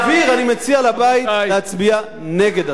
אני מציע לבית להצביע נגד הצעת החוק.